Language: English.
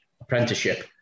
apprenticeship